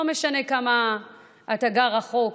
לא משנה כמה אתה גר רחוק,